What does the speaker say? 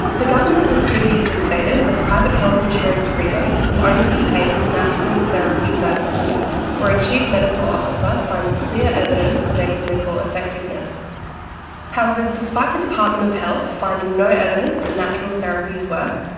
the government has previously stated that private health insurance rebates will only be paid for natural therapy services where a chief medical officer finds clear evidence for their clinical effectiveness however, despite the department of health finding no evidence that natural therapies work,